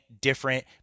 different